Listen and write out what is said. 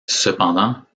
cependant